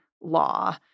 law